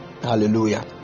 Hallelujah